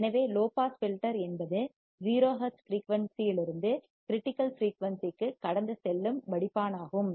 எனவே low pass filter என்பது 0 hertz ஃபிரீயூன்சிலிருந்து கிரிட்டிக்கல் ஃபிரீயூன்சிற்குக் கடந்து செல்லும் வடிப்பானாகும்